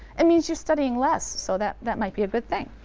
it means you're studying less, so that that might be a good thing.